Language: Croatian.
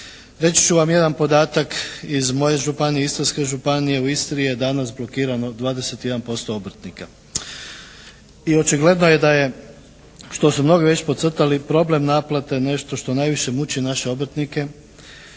Reći ću vam jedan podatak iz moje županije, Istarske županije, u Istri je danas blokirano 21% obrtnika. I očigledno je da je što su mnogi već podcrtali problem naplate nešto što najviše muči naše obrtnike,